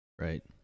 right